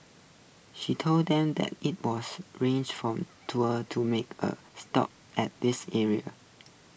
he told them that IT was rich for tour to make A stop at this area